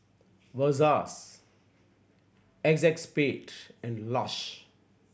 Versace Acexspade and Lush